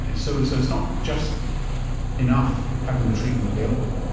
and so so it's not just enough having the treatment available.